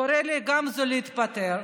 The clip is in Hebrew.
קורא לגמזו להתפטר,